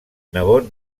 nebot